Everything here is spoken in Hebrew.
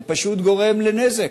זה פשוט גורם נזק,